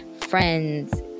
friends